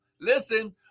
listen